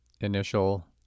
Initial